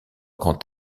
quant